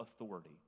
authority